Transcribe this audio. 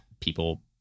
people